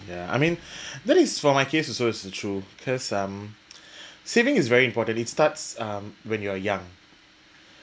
ya I mean that is for my case also it's the true because um saving is very important it starts um when you are young